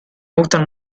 gustan